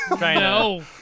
no